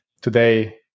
today